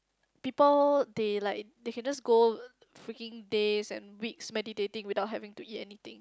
people they like they can just go freaking days and week meditating without having to eat anything